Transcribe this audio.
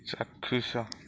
ଚାକ୍ଷୁଷ